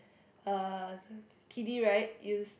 uh kiddy ride you s~